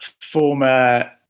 former